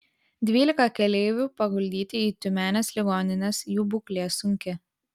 dvylika keleivių paguldyti į tiumenės ligonines jų būklė sunki